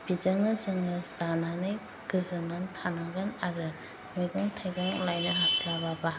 बिजोंनो जोङो जानानै गोजोननानै थानांगोन आरो मैगं थाइगं लायनो हास्लाबाबा